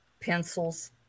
pencils